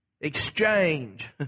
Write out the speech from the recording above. Exchange